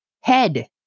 head